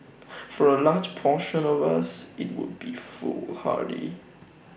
for A large portion of us IT would be foolhardy